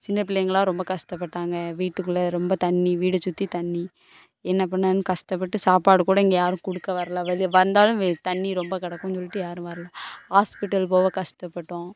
சின்ன பிள்ளைங்களெல்லாம் ரொம்ப கஷ்டப்பட்டாங்க வீட்டுக்குள்ளே ரொம்ப தண்ணி வீடை சுற்றி தண்ணி என்ன பண்ணிணேனு கஷ்டப்பட்டு சாப்பாடு கூட இங்கே யாரும் கொடுக்க வரல வெளியே வந்தாலும் வெளியே தண்ணி ரொம்ப கிடக்குன் சொல்லிட்டு யாரும் வரல ஹாஸ்பிட்டல் போக கஷ்டப்பட்டோம்